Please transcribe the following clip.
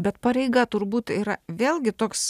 bet pareiga turbūt yra vėlgi toks